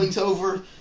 over